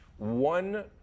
One